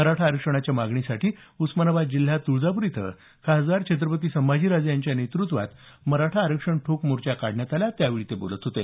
मराठा आरक्षणाच्या मागणीसाठी उस्मानाबाद जिल्ह्यात तुळजापूर इथं खासदार छत्रपती संभाजी महाराज यांच्या नेतृत्वात मराठा आरक्षण ठोक मोर्चा काढण्यात आला त्यावेळी ते बोलत होते